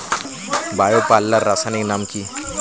Bio পাল্লার রাসায়নিক নাম কি?